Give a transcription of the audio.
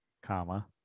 comma